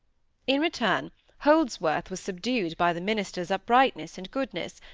in return holdsworth was subdued by the minister's uprightness and goodness,